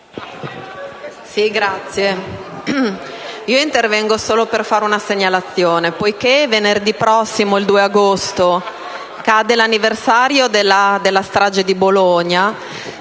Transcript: Presidente, intervengo solo per fare una segnalazione. Poiché venerdì prossimo, il 2 agosto, cade l'anniversario della strage di Bologna,